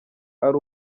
ari